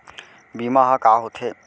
बीमा ह का होथे?